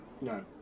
No